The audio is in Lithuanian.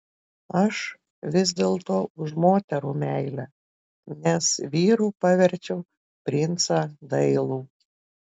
aš vis dėlto už moterų meilę nes vyru paverčiau princą dailų